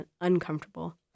uncomfortable